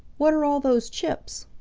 what are all those chips?